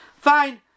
Fine